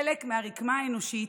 חלק מהרקמה האנושית,